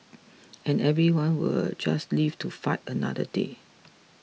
and everyone will just live to fight another day